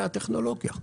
והוא הטכנולוגיה.